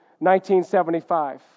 1975